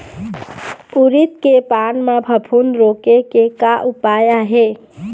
उरीद के पान म फफूंद रोके के का उपाय आहे?